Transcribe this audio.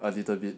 a little bit